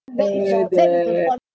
uh the